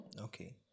Okay